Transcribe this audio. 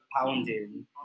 pounding